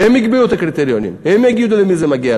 הם יקבעו את הקריטריונים, יגידו למי זה מגיע.